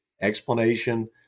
explanation